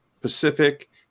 Pacific